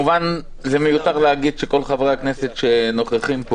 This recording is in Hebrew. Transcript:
כמובן מיותר להגיד,